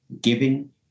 giving